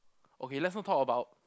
okay let's not talk about